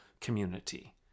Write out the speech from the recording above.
community